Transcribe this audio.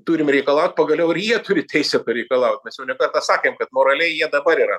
turim reikalaut pagaliau ir jie turi teisę pareikalaut mes jau ne kartą sakėm kad moraliai jie dabar yra